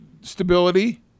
stability